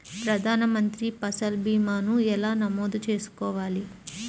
ప్రధాన మంత్రి పసల్ భీమాను ఎలా నమోదు చేసుకోవాలి?